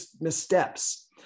missteps